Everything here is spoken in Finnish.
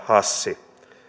hassi